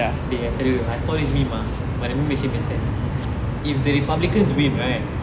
eh I tell you I saw this meme ah but I won't mention the site if the republicans win right